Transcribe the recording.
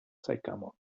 sycamore